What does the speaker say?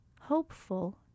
Hopeful